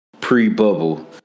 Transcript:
pre-bubble